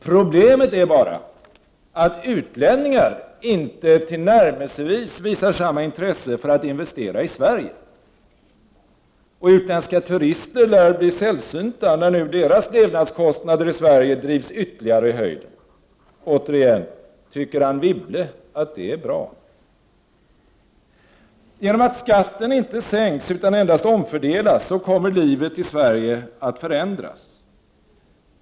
Problemet är bara att utlänningar inte tillnärmelsevis visar samma intresse för att investera i Sverige. Och utländska turister lär bli sällsynta, när nu deras levnadskostnader i Sverige drivs ytterligare i höjden. Återigen: Tycker Anne Wibble att det är bra? Genom att skatten inte sänks utan endast omfördelas kommer livet i Sverige att förändras.